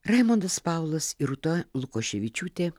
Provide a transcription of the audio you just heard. raimondas paulas ir rūta lukoševičiūtė